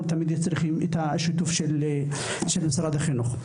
צריכים תמיד לפעול בשיתוף פעולה עם משרד החינוך.